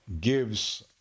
gives